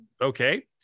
Okay